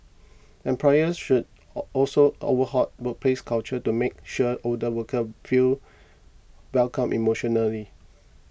employers should also overhaul workplace culture to make sure older workers feel welcome emotionally